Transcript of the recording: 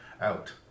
out